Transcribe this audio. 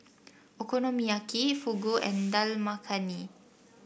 Okonomiyaki Fugu and Dal Makhani